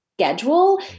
schedule